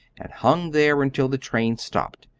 and hung there until the train stopped.